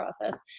process